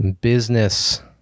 business